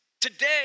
Today